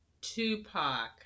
Tupac